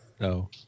No